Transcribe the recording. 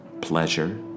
pleasure